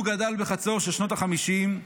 הוא גדל בחצור של שנות החמישים,